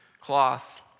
cloth